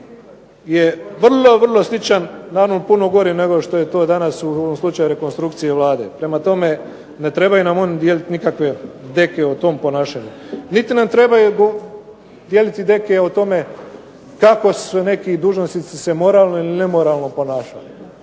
je vrlo, vrlo sličan na onom puno gori nego što je to danas u ovom slučaju rekonstrukcije Vlade. Prema tome, ne trebaju nam oni dijeliti nikakve deke o tom ponašanju. Niti nam trebaju dijeliti deke o tome kako su se neki dužnosnici moralno ili nemoralno ponašali.